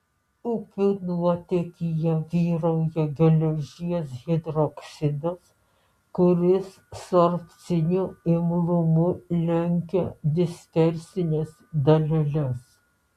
upių nuotėkyje vyrauja geležies hidroksidas kuris sorbciniu imlumu lenkia dispersines daleles